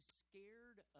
scared